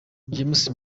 james